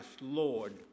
Lord